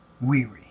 weary